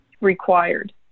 required